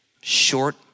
short